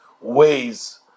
ways